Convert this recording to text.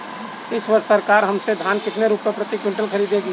इस वर्ष सरकार हमसे धान कितने रुपए प्रति क्विंटल खरीदेगी?